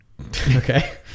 okay